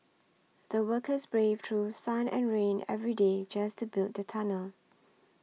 the workers braved through sun and rain every day just to build the tunnel